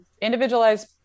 individualized